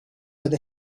with